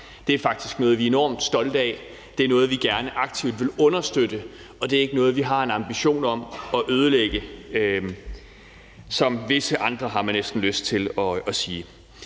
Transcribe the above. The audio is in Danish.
Det er faktisk noget, vi er enormt stolte af. Det er noget, vi gerne aktivt vil understøtte, og det er ikke noget, vi har en ambition om at ødelægge, sådan som visse andre har, har man næsten lyst til at sige.